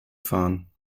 fahren